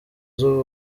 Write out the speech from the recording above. z’u